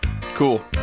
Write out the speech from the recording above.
Cool